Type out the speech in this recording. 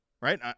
right